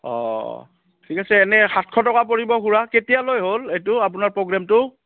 অঁ ঠিক আছে এনেই সাতশ টকা পৰিব খুৰা কেতিয়ালৈ হ'ল এইটো আপোনাৰ প্ৰ'গ্ৰেমটো